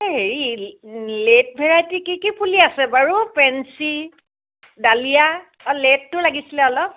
এই হেৰি late variety কি কি পুলি আছে আছে বাৰু পেঞ্চি ডালিয়া অ' লে'টটো লাগিছিলে অলপ